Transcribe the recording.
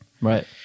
Right